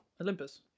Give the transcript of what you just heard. Olympus